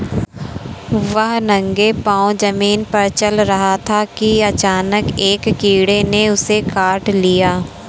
वह नंगे पांव जमीन पर चल रहा था कि अचानक एक कीड़े ने उसे काट लिया